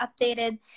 updated